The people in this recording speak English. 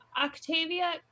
Octavia